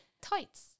tights